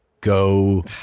go